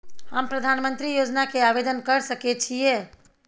हम प्रधानमंत्री योजना के आवेदन कर सके छीये?